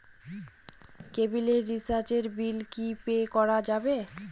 কেবিলের রিচার্জের বিল কি পে করা যাবে?